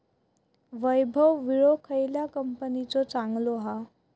वैभव विळो खयल्या कंपनीचो चांगलो हा?